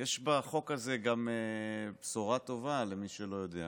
יש בחוק הזה גם בשורה טובה למי שלא יודע,